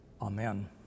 Amen